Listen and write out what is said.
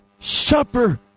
supper